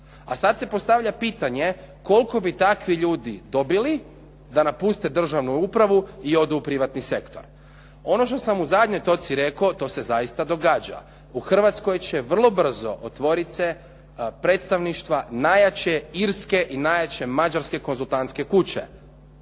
A sad se postavlja pitanje koliko bi takvi ljudi dobili da napuste državnu upravu i odu u privatni sektor? Ono što sam u zadnjoj točci rekao, to se zaista događa. U Hrvatskoj će vrlo brzo otvoriti se predstavništva najjače irske i najjače mađarske konzultantske kuće.